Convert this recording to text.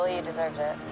ah you deserved it.